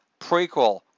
prequel